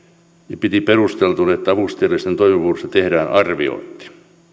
ja piti perusteltuna että avustajajärjestelmän toimivuudesta tehdään arviointi